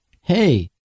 Hey